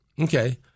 Okay